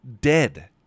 dead